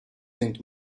into